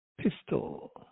Pistol